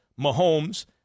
Mahomes